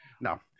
no